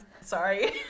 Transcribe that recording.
sorry